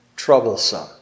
troublesome